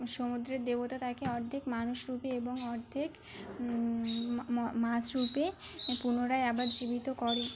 সমুদ্রের দেবতা তাকে অর্ধেক মানুষরূপে এবং অর্ধেক মাছরূপে পুনরায় আবার জীবিত করে